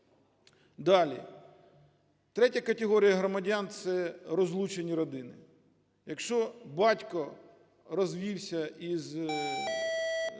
Далі. Третя категорія громадян – це розлучені родини. Якщо батько розвівся із